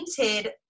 painted